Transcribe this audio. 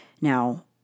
Now